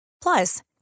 Plus